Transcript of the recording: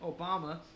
Obama